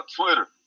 Twitter